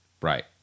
Right